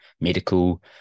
medical